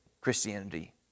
Christianity